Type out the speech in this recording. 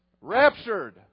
raptured